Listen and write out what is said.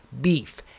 beef